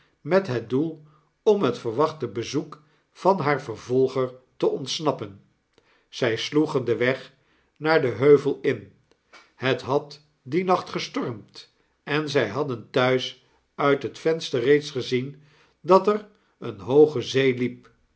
met het doel om het verwachte bezoek van haar vervolger te'ontsnappen zfl sloegen den weg naar den heuvel in het had dien nacht gestormd en zy hadden thuis uit het venster reeds gezien dat er eene hooge zee liep